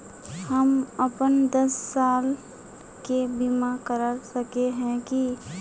हम अपन दस साल के बीमा करा सके है की?